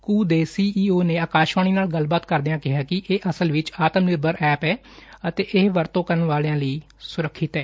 ਕੁ ਦੇ C E O ਨੇ ਆਕਾਸ਼ਵਾਣੀ ਨਾਲ ਗੱਲਬਾਤ ਕਰਦਿਆਂ ਕਿਹਾ ਕਿ ਇਹ ਅਸਲ ਵਿਚ ਆਤਮ ਨਿਰਭਰ ਐਪ ਏ ਅਤੇ ਇਹ ਵਰਤੋਂ ਕਰਨ ਵਾਲਿਆਂ ਲਈ ਸੁਰੱਖਿਅਤ ਏ